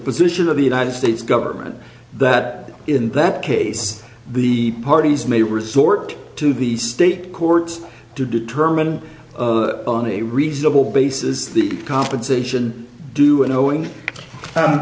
position of the united states government that in that case the parties may resort to the state courts to determine on a reasonable basis the compensation due and owing